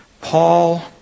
Paul